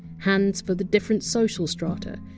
hands for the different social strata,